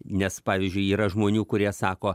nes pavyzdžiui yra žmonių kurie sako